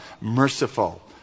merciful